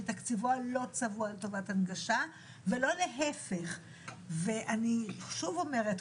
מתקציבו הלא צבוע לטובה הנגשה ולא להיפך ואני שוב אומרת,